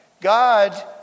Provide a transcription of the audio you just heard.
God